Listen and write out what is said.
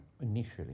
initially